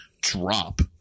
drop